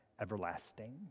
everlasting